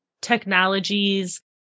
technologies